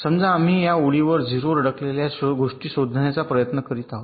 समजा आम्ही या ओळीवर 0 वर अडकलेल्या गोष्टी शोधण्याचा प्रयत्न करीत आहात